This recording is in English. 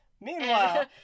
meanwhile